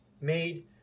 made